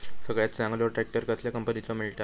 सगळ्यात चांगलो ट्रॅक्टर कसल्या कंपनीचो मिळता?